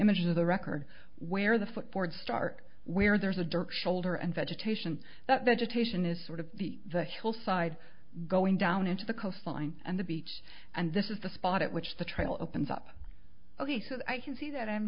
images of the record where the footboard start where there's a dirt shoulder and vegetation that vegetation is sort of the hillside going down into the coastline and the beach and this is the spot at which the trail opens up he says i can see that